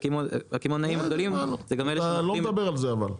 בסדר קיבלנו, אתה לא מדבר על זה אבל.